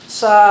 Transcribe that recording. sa